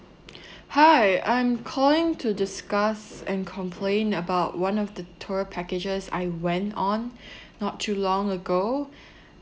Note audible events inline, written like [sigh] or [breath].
[breath] hi I'm calling to discuss and complain about one of the tour packages I went on [breath] not too long ago [breath]